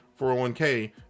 401k